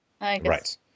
Right